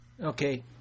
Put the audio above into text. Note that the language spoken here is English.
Okay